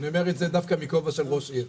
אני אומר את זה דווקא מכובע של ראש עיר.